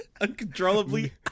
uncontrollably